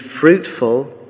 fruitful